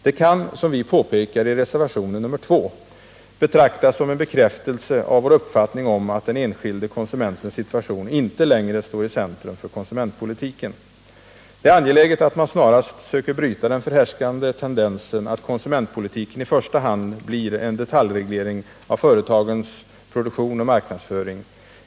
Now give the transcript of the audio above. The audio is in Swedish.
Den kan, som vi påpekar i reservationen 2, betraktas som en bekräftelse av vår uppfattning om att den enskilde konsumentens situation inte längre står i centrum för konsumentpolitiken. Det är angeläget att man snarast söker bryta den förhärskande tendensen att konsumentpolitiken i första hand blir en detaljreglering av företagens produktion och marknadsföring.